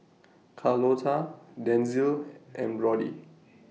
Carlota Denzil and Brody